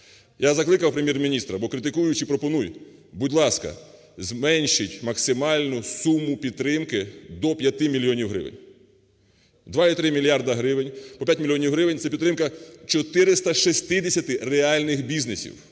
Я закликав Прем'єр-міністра, бо, критикуючи - пропонуй: будь ласка, зменшіть максимальну суму підтримки до 5 мільйонів гривень. 2,3 мільярда гривень по 5 мільйонів гривень – це підтримка 460 реальних бізнесів,